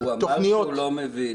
--- הוא אמר שהוא לא מבין.